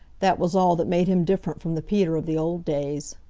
that was all that made him different from the peter of the old days.